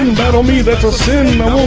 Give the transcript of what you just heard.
battle me that's a sin my